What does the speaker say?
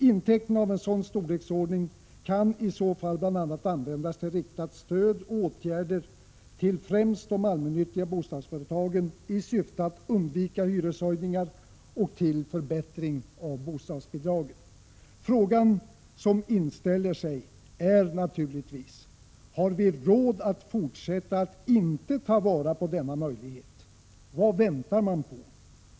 Intäkter av en sådan storleksordning kan i så fall bl.a. användas till riktat stöd och åtgärder till främst de allmännyttiga bostadsföretagen i syfte att undvika hyreshöjningar, och till förbättring av bostadsbidragen. Frågor som inställer sig är naturligtvis: Har vi råd att fortsätta att inte ta vara på denna möjlighet? Vad väntar man på?